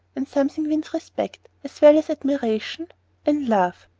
and something wins respect, as well as admiration and love.